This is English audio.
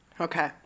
Okay